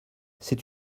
c’est